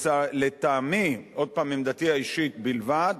לטעמי, עוד פעם, עמדתי האישית בלבד,